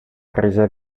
krize